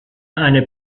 eine